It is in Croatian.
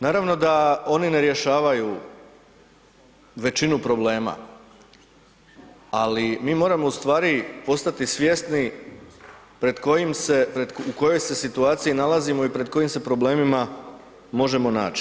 Naravno da oni ne rješavaju većinu problema, ali moramo u stvari postati svjesni pred kojim se, u kojoj se situaciji nalazimo i pred kojim se problemima možemo naći.